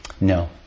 No